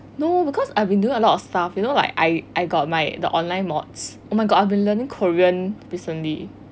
no because I've been doing a lot of stuff you know like I I got my the online mods oh my god I have been learning korean recently